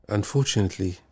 unfortunately